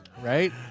Right